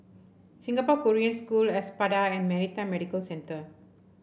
Singapore Korean School Espada and Maritime Medical Centre